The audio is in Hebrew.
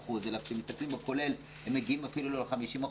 ב-75% אלא כשמסתכלים בכולל הם לא מגיעים אפילו ל-50%,